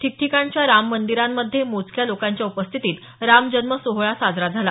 ठिकठिकाणच्या राम मंदीरांमध्ये मोजक्या लोकांच्या उपस्थितीत रामजन्म सोहळा साजरा झाला